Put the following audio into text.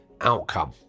outcome